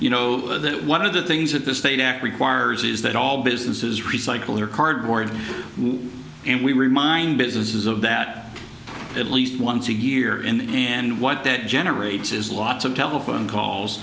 you know that one of the things that the state act requires is that all businesses recycle their cardboard and we remind businesses of that at least once a year in and what that generates is lots of telephone calls